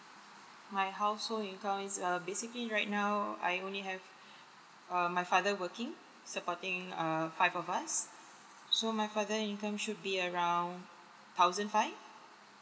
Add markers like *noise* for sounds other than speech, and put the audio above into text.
my household income is err basically right now I only have *breath* err my father working supporting err five of us so my father income should be around thousand five